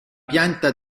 pianta